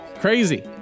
crazy